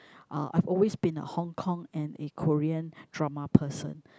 uh I have always been a Hong-Kong and a Korean drama person